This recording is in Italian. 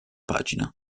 pagina